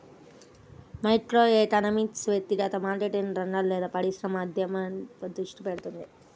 microeconomics వ్యక్తిగత మార్కెట్లు, రంగాలు లేదా పరిశ్రమల అధ్యయనంపై దృష్టి పెడుతుంది